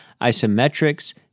isometrics